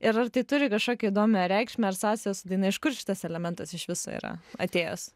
ir ar tai turi kažkokią įdomią reikšmę ar sąsaja su daina iš kur šitas elementas iš viso yra atėjęs